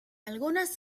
algunas